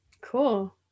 Cool